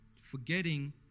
forgetting